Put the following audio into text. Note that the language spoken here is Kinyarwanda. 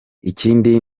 ikindi